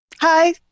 Hi